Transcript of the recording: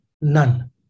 none